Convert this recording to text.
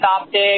Optics